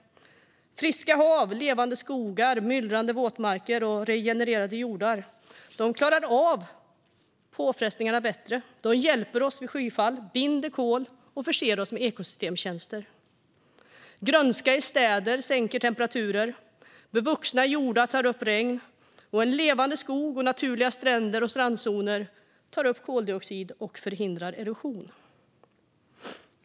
Friska hav, levande skogar, myllrande våtmarker och regenererade jordar klarar av påfrestningarna bättre. De hjälper oss vid skyfall, binder kol och förser oss med ekosystemtjänster. Grönska i städer sänker temperaturen. Bevuxna jordar tar upp regn. En levande skog och naturliga stränder och strandzoner tar upp koldioxid och förhindrar erosion.